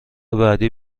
بعدی